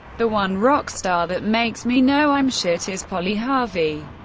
the one rock star that makes me know i'm shit is polly harvey.